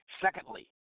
Secondly